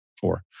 Four